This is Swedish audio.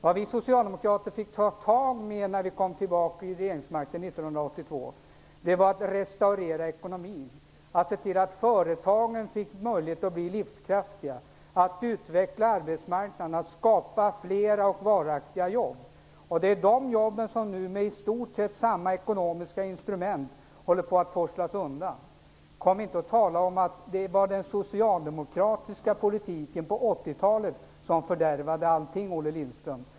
Det vi socialdemokrater fick ta itu med när vi kom tillbaka till regeringsmakten 1982 var att restaurera ekonomin, att se till att företagen fick möjligheter att bli livskraftiga, att utveckla arbetsmarknaden samt skapa flera och varaktiga jobb. Det är de jobben som nu med i stort sett samma ekonomiska instrument håller på att forslas undan. Kom inte och tala om att det var den socialdemokratiska politiken på 80-talet som fördärvade allting, Olle Lindström!